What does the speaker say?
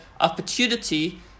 opportunity